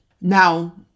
Now